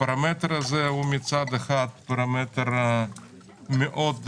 הפרמטר הזה מצד אחד הוא פרמטר מאוד מעודד,